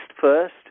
first